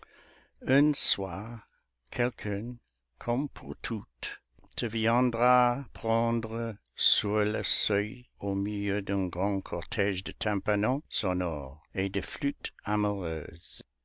un soir quelqu'un comme pour toutes te viendra prendre sur le seuil au milieu d'un grand cortège de tympanons sonores et de flûtes amoureuses